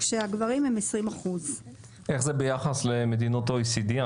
כשהגברים הם 20%. איך זה ביחס למדינות ה-OECD?